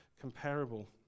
comparable